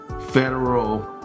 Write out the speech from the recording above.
federal